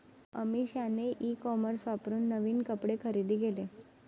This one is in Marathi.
अमिषाने ई कॉमर्स वापरून नवीन कपडे खरेदी केले